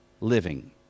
living